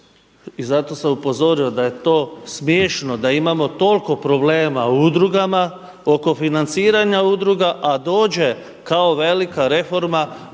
I zato sam upozorio da je to smiješno da imamo toliko problema u udrugama oko financiranja udruga a dođe kao velika reforma